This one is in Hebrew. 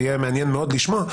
ויהיה מעניין מאוד לשמוע,